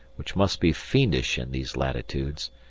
which must be fiendish in these latitudes,